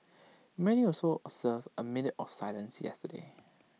many also observed A minute of silence yesterday